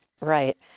right